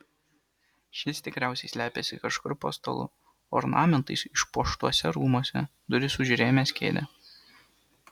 šis tikriausiai slepiasi kažkur po stalu ornamentais išpuoštuose rūmuose duris užrėmęs kėde